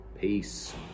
peace